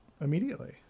immediately